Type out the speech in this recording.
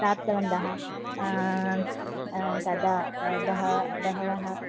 प्राप्तवन्तः तदा बहवः बहवः